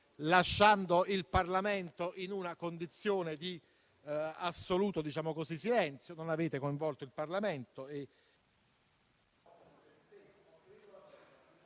lasciando il Parlamento in una condizione di assoluto silenzio. Non avete coinvolto il Parlamento,